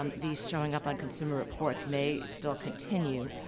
um these showing up on consumer reports may still continue.